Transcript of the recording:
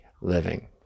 living